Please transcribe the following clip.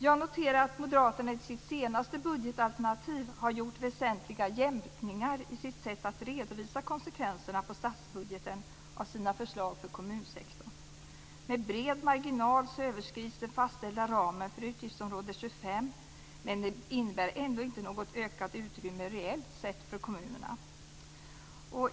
Jag noterar att Moderaterna i sitt senaste budgetalternativ har gjort väsentliga jämkningar i sitt sätt att redovisa konsekvenserna i statsbudgeten av sina förslag för kommunsektorn. Med bred marginal överskrids den fastställda ramen för utgiftsområde 25. Men det innebär ändå inte något ökat utrymme reellt sett för kommunerna.